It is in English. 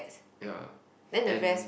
ya and